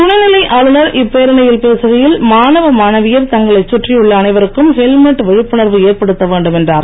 துணை நிலை ஆளுநர் இப்பேரணியில் பேசுகையில் மாணவ மாணவியர் தங்களைச் சுற்றி உள்ள அனைவருக்கும் ஹெல்மெட் விழிப்புணர்வு ஏற்படுத்த வேண்டும் என்றார்